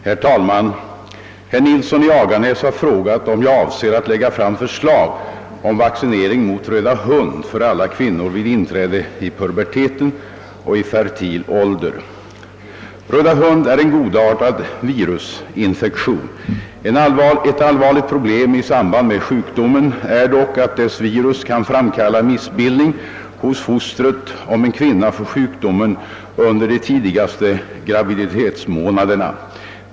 Herr talman! Herr Nilsson i Agnäs har frågat, om jag avser att lägga fram förslag om vaccinering mot röda hund Röda hund är en godartad virusinfektion. Ett allvarligt problem i samband med sjukdomen är dock att dess virus kan framkalla missbildning hos fostret, om en kvinna får sjukdomen under de tidigaste graviditetsmånaderna.